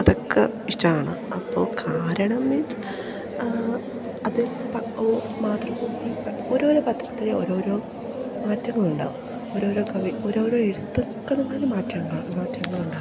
അതൊക്കെ ഇഷ്ടമാണ് അപ്പോൾ കാരണം മീൻസ് അത് മാതൃഭൂമി ഓരോരോ പത്രത്തിൽ ഓരോരോ മാറ്റങ്ങളുണ്ടാവും ഓരോരോ കവി ഓരോരോ എഴുത്തുക്കൾ മാറ്റം ഉണ്ടാവും മാറ്റങ്ങളുണ്ടാവും